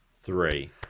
three